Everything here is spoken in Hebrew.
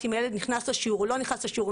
אם הילד נכנס לשיעור או לא נכנס לשיעור,